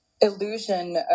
illusion